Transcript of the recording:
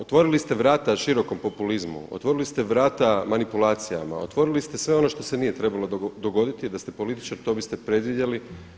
Otvorili ste vrata širokom populizmu, otvorili ste vrata manipulacijama, otvorili ste sve ono što se nije trebalo dogoditi i da ste političar to biste predvidjeli.